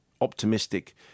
optimistic